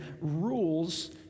rules